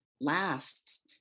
lasts